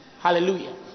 Hallelujah